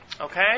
Okay